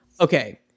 Okay